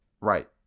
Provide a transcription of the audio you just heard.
Right